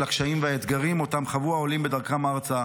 הקשיים והאתגרים שחוו העולים בדרכם ארצה,